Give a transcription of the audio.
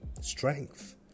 strength